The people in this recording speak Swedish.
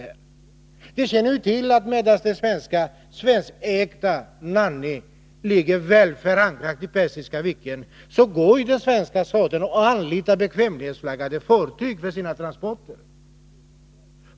Och vi känner till att medan det svenskägda fartyget Nanny låg väl förankrat i Persiska viken, anlitade svenska staten ett bekvämlighetsflaggat fartyg för sina transporter.